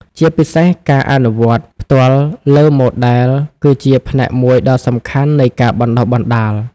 ជាពិសេសការអនុវត្តផ្ទាល់លើម៉ូដែលគឺជាផ្នែកមួយដ៏សំខាន់នៃការបណ្តុះបណ្តាល។